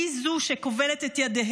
היא זו שכובלת את ידיהם.